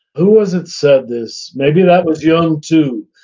who was it said this? maybe that was jung too.